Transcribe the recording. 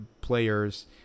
players